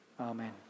Amen